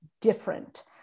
different